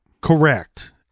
Correct